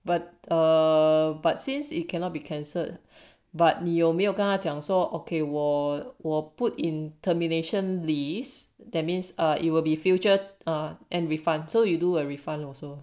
but uh but since it cannot be cancel but 你有没有跟他讲 so okay 我我 put in termination list that means it will be future and refund so you do a refund also